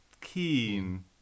keen